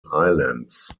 islands